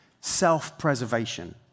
Self-preservation